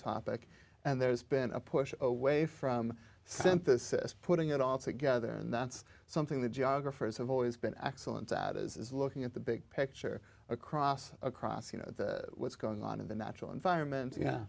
topic and there's been a push away from synthesis putting it all together and that's something the geographers have always been excellent at is looking at the big picture across across you know what's going on in the natural environment